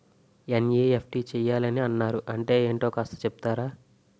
NEFT చేయాలని అన్నారు అంటే ఏంటో కాస్త చెపుతారా?